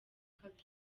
kabiri